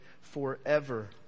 forever